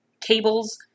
cables